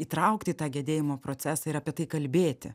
įtraukti į tą gedėjimo procesą ir apie tai kalbėti